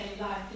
life